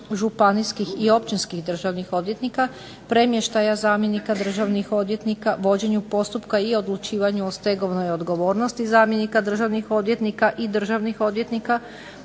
županijskih i općinskih državnih odvjetnika, premještaja zamjenika državnih odvjetnika, vođenju postupka i odlučivanju o stegovnoj odgovornosti zamjenika državnih odvjetnika i državnih odvjetnika